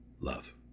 Love